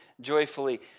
joyfully